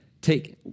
Take